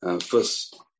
First